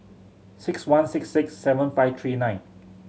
six one six six seven five three nine